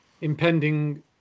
Impending